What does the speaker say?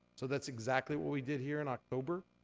so that's exactly what we did here in october.